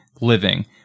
living